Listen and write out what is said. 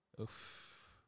Oof